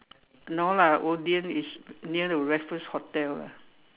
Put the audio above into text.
no lah Odean is near the Raffles hotel lah